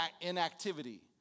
inactivity